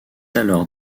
alors